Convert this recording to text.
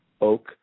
oak